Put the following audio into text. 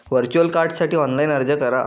virtual कार्डसाठी online अर्ज करा